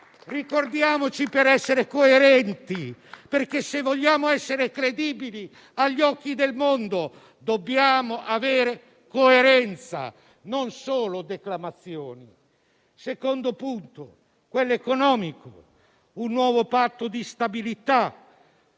Ricordiamocelo, per essere coerenti, perché, se vogliamo essere credibili agli occhi del mondo, dobbiamo avere coerenza e non fare solo declamazioni. Il secondo punto è quello economico. Occorre un nuovo Patto di stabilità.